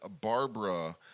Barbara